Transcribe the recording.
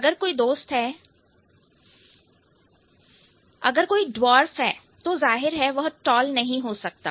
अगर कोई ड्वार्फ है तो जाहिर है वह टौल नहीं हो सकता